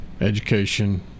education